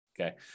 Okay